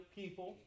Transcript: people